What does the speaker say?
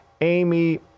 Amy –